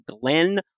Glenn